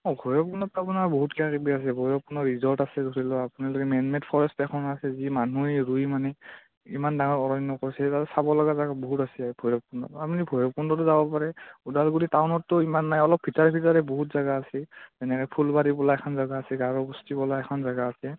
অঁ ভৈৰৱকুণ্ডত আপোনাৰ বহুত কিবা কিবি আছে ভৈৰৱকুণ্ড ৰিজৰ্ট আছে ধৰি লওক আপোনালোকে মেন মেড ফৰেষ্ট এখন আছে যি মানুহে ৰুই মানে ইমান ডাঙৰ অৰণ্য কৰছে তাতে চাব লগা জেগা বহুত আছে ভৈৰৱকুণ্ডত আপুনি ভৈৰৱকুণ্ডতো যাব পাৰে ওদালগুৰি টাউনতটো ইমান নাই অলপ ভিতৰে ভিতৰে বহুত জেগা আছে যেনেকৈ ফুলবাৰী বোলা এখন জাগা আছে গাৰোবস্তি বোলা এখন জেগা আছে